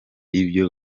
ibyo